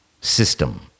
system